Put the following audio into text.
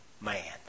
man